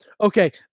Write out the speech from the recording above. Okay